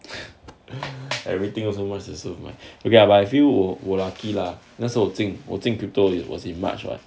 everything also march 也是买 okay lah but I feel 我我 lucky lah 那时我进我进 crypto was in march [what]